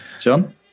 John